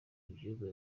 ibyumba